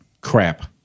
Crap